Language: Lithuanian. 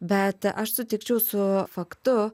bet aš sutikčiau su faktu